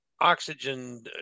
oxygen